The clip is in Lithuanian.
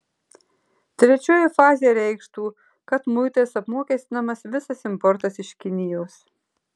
trečioji fazė reikštų kad muitais apmokestinamas visas importas iš kinijos